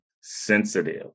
sensitive